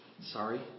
Sorry